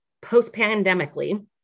post-pandemically